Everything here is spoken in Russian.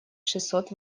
шестьсот